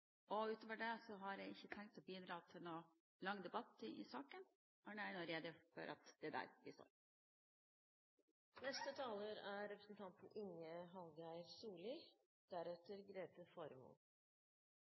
fortsatt. Utover det har jeg ikke tenkt å bidra til noen lang debatt i saken, men bare gjøre rede for at det er der vi står.